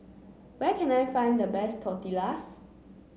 where can I find the best Tortillas